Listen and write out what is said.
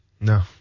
No